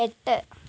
എട്ട്